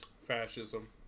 Fascism